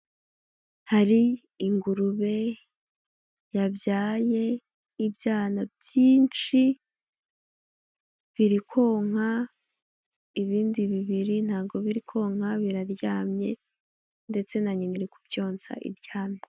Hari ingurube yabyaye ibyana byinshi biri konka, ibindi bibiri ntago biri konka biraryamye ndetse na nyina iri ku byonsa iryamye.